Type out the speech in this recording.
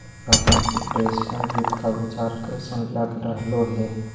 तोहरा कंप्युटेशनल वित्त का विचार कइसन लग रहलो हे